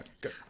good